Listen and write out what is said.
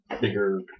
bigger